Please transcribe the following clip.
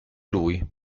lui